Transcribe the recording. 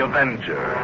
Avenger